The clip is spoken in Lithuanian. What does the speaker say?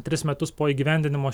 tris metus po įgyvendinimo